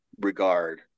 regard